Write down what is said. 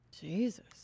Jesus